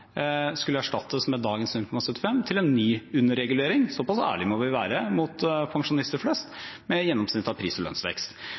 skulle erstatte dagens 0,75 med en ny underregulering – så pass ærlige må vi være mot pensjonister